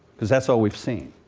because that's all we've seen.